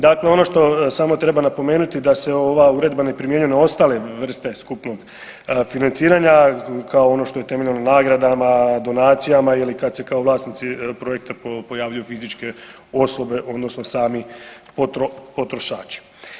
Dakle, ono što samo treba napomenuti da se ova uredba ne primjenjuje na ostale vrste skupnog financiranja kao ono što je temeljeno nagradama, donacijama ili kad se kao vlasnici projekta pojavljuju fizičke osobe odnosno sami potrošači.